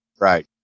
Right